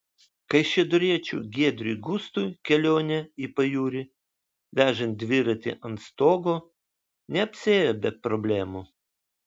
kaišiadoriečiui giedriui gustui kelionė į pajūrį vežant dviratį ant stogo neapsiėjo be problemų